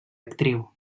actriu